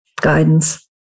guidance